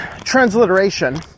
transliteration